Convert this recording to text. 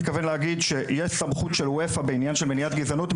להגיד שיש סמכות של אופ"א בעניין של מניעת גזענות.